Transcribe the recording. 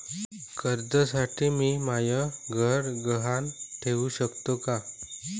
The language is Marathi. कर्जसाठी मी म्हाय घर गहान ठेवू सकतो का